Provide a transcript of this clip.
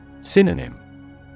Synonym